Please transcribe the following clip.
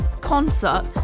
concert